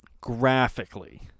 graphically